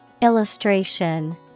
Illustration